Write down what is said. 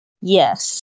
yes